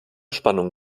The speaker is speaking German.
spannung